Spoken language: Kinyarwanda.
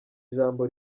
ijambo